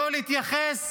לא להתייחס